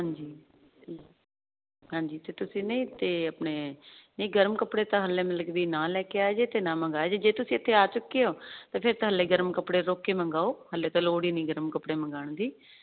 ਹਾਂਜੀ ਤੇ ਤੁਸੀਂ ਨਹੀਂ ਤੇ ਆਪਣੇ ਇਹ ਗਰਮ ਕੱਪੜੇ ਤਾਂ ਹਾਲੇ ਮਿਲਕ ਵੀ ਨਾ ਲੈ ਕੇ ਆਏ ਜੇ ਤੇ ਨਾ ਮੰਗਾ ਜੇ ਤੁਸੀਂ ਇਥੇ ਆ ਚੁੱਕੇ ਹੋ ਤੇ ਫਿਰ ਤੁਹਾਡੇ ਗਰਮ ਕੱਪੜੇ ਰੋਕੇ ਮੰਗਾਓ ਹਲੇ ਤਾਂ ਲੋੜ ਹੀ ਨਹੀਂ ਗਰਮ ਕੱਪੜੇ ਮੰਗਾਉਣ ਦੀ ਤੇ